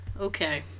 Okay